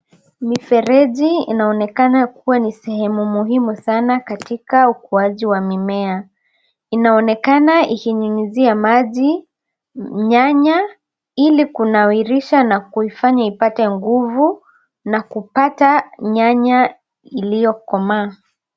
Mifereji inaonekana kuwa ni sehemu muhimu sana katika ukuaji wa mimea. Inaonekana ikinyunyizia nyanya maji ili kunawirisha au kuifanya ipate nguvu na kupata nyanya iliyokomaa.